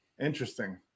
Interesting